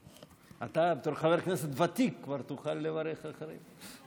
אתה, בתור חבר כנסת ותיק, כבר תוכל לברך אחרים.